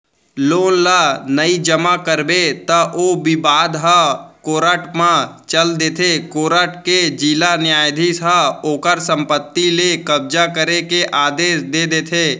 loan ल नइ जमा करबे त ओ बिबाद ह कोरट म चल देथे कोरट के जिला न्यायधीस ह ओखर संपत्ति ले कब्जा करे के आदेस दे देथे